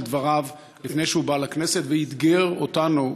דבריו לפני שהוא בא לכנסת ואתגר אותנו,